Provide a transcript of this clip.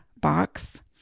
Box